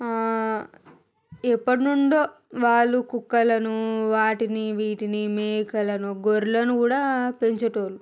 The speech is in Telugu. ఎప్పటినుండో వాళ్ళు కుక్కలను వాటిని వీటిని మేకలను గొర్రెలను కూడా పెంచేటోళ్ళు